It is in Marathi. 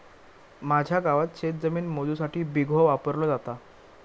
माझ्या गावात शेतजमीन मोजुसाठी बिघो वापरलो जाता